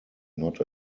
not